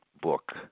book